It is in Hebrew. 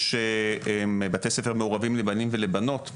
יש בתי ספר מעורבים לבנים ולבנות,